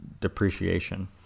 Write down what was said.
depreciation